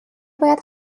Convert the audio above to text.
باید